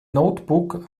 notebook